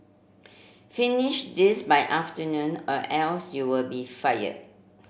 finish this by afternoon or else you'll be fired